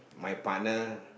my partner